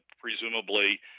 presumably